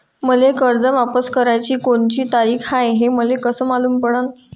मले कर्ज वापस कराची कोनची तारीख हाय हे कस मालूम पडनं?